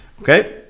Okay